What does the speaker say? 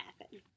happen